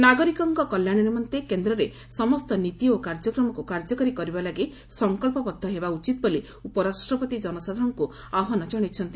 ନାଗରିକଙ୍କ କଲ୍ୟାଣ ନିମନ୍ତେ କେନ୍ଦ୍ରରେ ସମସ୍ତ ନୀତି ଓ କାର୍ଯ୍ୟକ୍ରମକୁ କାର୍ଯ୍ୟକାରୀ କରିବା ଲାଗି ସଂକଳ୍ପବଦ୍ଧ ହେବା ଉଚିତ୍ ବୋଲି ଉପରାଷ୍ଟ୍ରପତି ଜନସାଧାରଣଙ୍କୁ ଆହ୍ୱାନ ଜଣାଇଛନ୍ତି